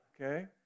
Okay